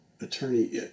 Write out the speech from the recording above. attorney